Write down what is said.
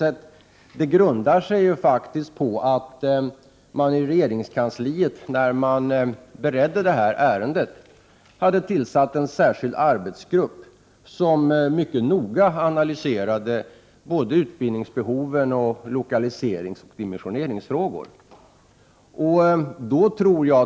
Vårt förslag grundar sig faktiskt på att man, när man i regeringskansliet beredde detta ärende, hade tillsatt en särskild arbetsgrupp som mycket noga analyserade både utbildningsbehoven och lokaliseringsoch dimensioneringsfrågorna.